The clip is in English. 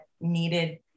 needed